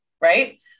right